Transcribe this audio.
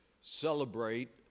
celebrate